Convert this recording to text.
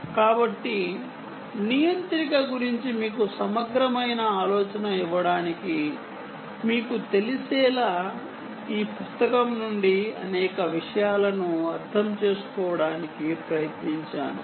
కాబట్టి కంట్రోలర్ గురించి మీకు సమగ్రమైన ఆలోచన ఇవ్వడానికి మీకు తెలిసేలా ఈ పుస్తకం నుండి అనేక విషయాలను అర్థం చేసుకోవడానికి ప్రయత్నించాను